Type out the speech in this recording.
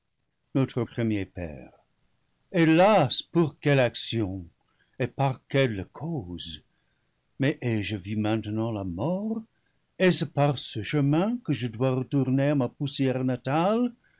notre premier père hélas pour quelle action et par quelle cause maisai je vu maintenant la mort est-ce par ce chemin que je dois re tourner à ma poussière natale